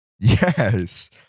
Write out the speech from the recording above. yes